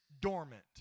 dormant